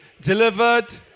delivered